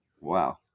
Wow